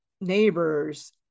neighbors